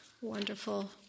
wonderful